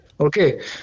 Okay